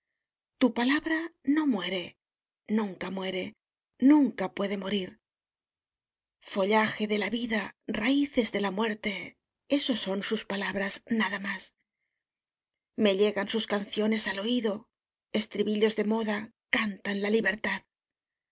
tu palabra no muere nunca muere ixnca puede morir follaje de la vida raices de la muerte e o son sus palabras nada más me llegan sus canciones al oído eietribillos de moda cantan la libertad